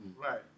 Right